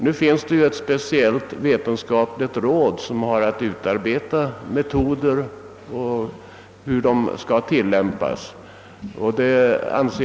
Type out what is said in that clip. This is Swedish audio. Nu finns det ett speciellt vetenskapligt råd som har att utarbeta metoder och besluta hur dessa skall tillämpas.